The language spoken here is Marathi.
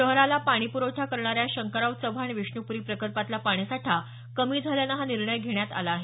शहराला पाणीप्रवठा करणाऱ्या शंकरराव चव्हाण विष्णूपूरी प्रकल्पातला पाणीसाठा कमी झाल्यानं हा निर्णय घेण्यात आला आहे